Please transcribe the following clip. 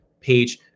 page